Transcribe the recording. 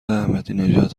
احمدینژاد